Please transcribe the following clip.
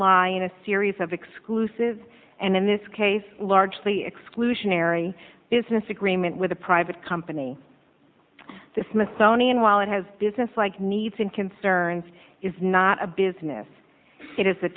lie in a series of exclusive and in this case largely exclusionary business agreement with a private company the smithsonian while it has business like needs and concerns is not a business it is a